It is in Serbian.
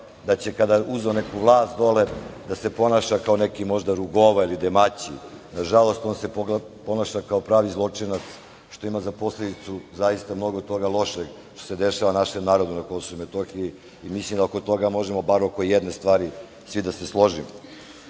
a kada uzme neku vlast dole, da se ponaša kao neki Rugova ili Demaći. Nažalost, on se ponaša kao pravi zločinac, što ima za posledicu zaista mnogo toga lošeg što se dešava našem narodu na Kosovu i Metohiji i svu se oko toga možemo, oko jedne stvari, složiti. Što